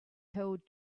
held